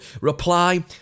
reply